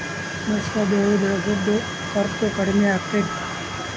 ಮಿಶ್ರ ಬೆಳಿ ಬೆಳಿಸಿದ್ರ ಖರ್ಚು ಕಡಮಿ ಆಕ್ಕೆತಿ?